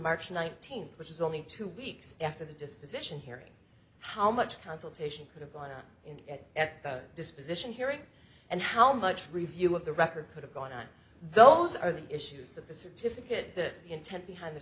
march nineteenth which is only two weeks after the disposition hearing how much consultation could have gone into it at that disposition hearing and how much review of the record could have gone on those are the issues that the certificate intent behind th